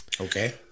okay